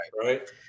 right